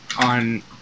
on